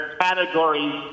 categories